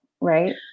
right